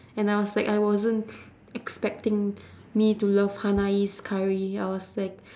and I was like I wasn't expecting me to love hainanese curry I was like